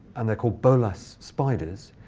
and they're called bolas spiders.